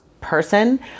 person